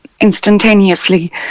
instantaneously